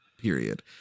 period